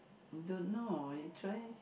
I don't know I try